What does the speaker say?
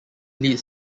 leads